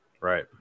Right